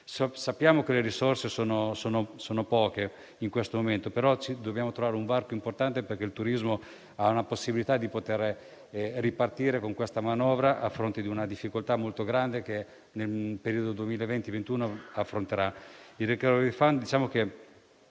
Sappiamo che le risorse sono poche in questo momento, ma dobbiamo trovare un varco importante perché il turismo abbia una possibilità di poter ripartire con questa manovra a fronte di una difficoltà molto grande che affronterà nel periodo 2020-2021. Dovremmo